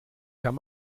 kann